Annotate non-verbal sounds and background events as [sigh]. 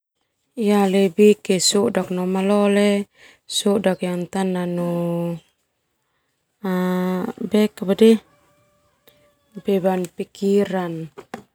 Ya lebih ke sodak no malole sodak tananu [hesitation] beban pikiran.